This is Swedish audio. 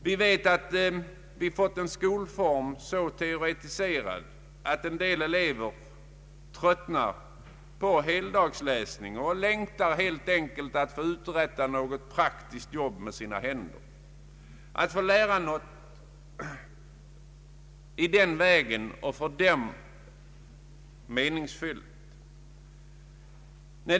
Vi har nu fått en skolform så teoretiserad att en del elever tröttnar på heldagsläsning och helt enkelt längtar efter att få utföra något arbete med sina händer, att få uträtta någonting som för dem är meningsfyllt.